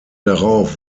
darauf